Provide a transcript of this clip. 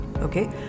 Okay